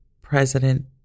President